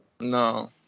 No